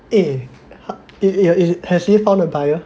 eh err err has he found a buyer